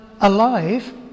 alive